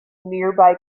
nearby